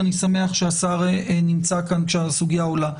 ואני שמח שהשר נמצא כאן כשהסוגיה עולה.